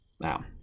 Wow